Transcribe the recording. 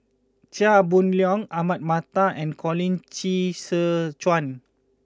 Chia Boon Leong Ahmad Mattar and Colin Qi Zhe Quan